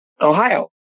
Ohio